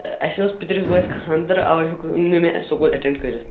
تہٕ اسہِ ٲس پِترِس بٲیِس خانٛدَر اَوَے ہیٚکُس نہ مےٚ سکوٗل ایٚٹینٛڈ کٔرِتھ